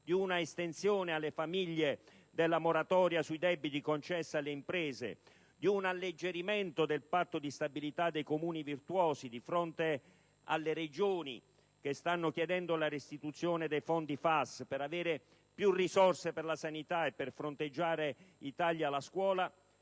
di un'estensione alle famiglie della moratoria sui debiti concessa alle imprese, di un alleggerimento del patto di stabilità dei Comuni virtuosi e di fronte alle Regioni che stanno chiedendo la restituzione dei Fondi aree sottoutilizzate (FAS) per avere più risorse per la sanità e per fronteggiare i tagli alla scuola,